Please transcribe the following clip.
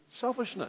selfishness